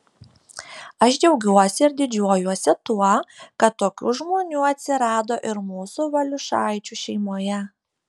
aš džiaugiuosi ir didžiuojuosi tuo kad tokių žmonių atsirado ir mūsų valiušaičių šeimoje